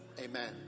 amen